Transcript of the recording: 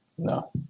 No